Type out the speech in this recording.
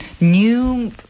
new